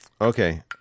Okay